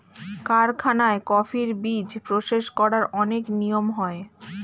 কারখানায় কফির বীজ প্রসেস করার অনেক নিয়ম হয়